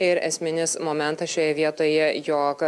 ir esminis momentas šioje vietoje jog